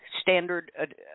standard